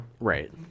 Right